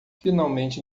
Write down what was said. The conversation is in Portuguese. finalmente